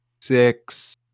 six